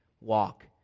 walk